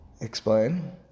Explain